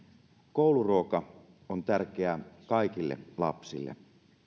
kouluruoka on tärkeä kaikille lapsille